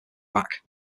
back